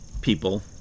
people